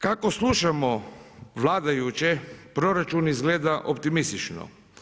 Kako slušamo vladajuće, proračun izgleda optimistično.